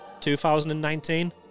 2019